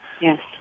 yes